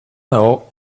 know